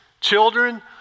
children